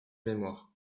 mémoire